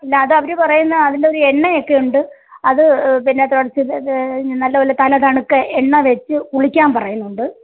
ഇല്ല അത് അവർ പറയുന്നത് അതിൻ്റെ ഒരു എണ്ണയൊക്കെ ഉണ്ട് അത് പിന്നെ നല്ലപോലെ തല തണുക്കെ എണ്ണ തേച്ചു കുളിക്കാൻ പറയുന്നുണ്ട്